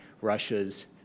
Russia's